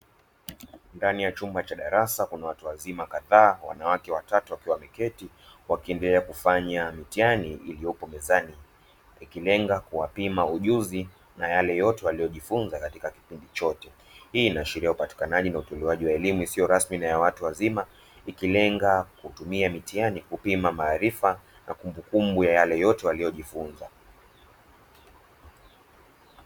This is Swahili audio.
Ndani ya chumba cha darasa, kuna watu wazima kadhaa, wanawake watatu wakiwa wameketi wakiendelea kufanya mitihani iliyopo mezani, ikilenga kuwapima ujuzi na yale yote waliojifunza katika kipindi chote; hii inaashiria upatikanaji na utolewaji wa elimu isiyo rasmi kwa watu wazima, ikilenga kutumia mitihani kupima maarifa na kumbukumbu ya yale yote waliojifunza.